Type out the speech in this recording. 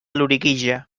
loriguilla